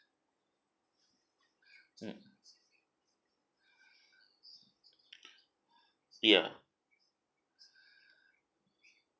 mm ya